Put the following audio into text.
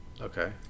okay